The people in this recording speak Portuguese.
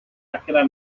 àquela